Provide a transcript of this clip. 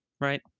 right